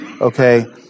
Okay